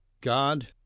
God